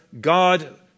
God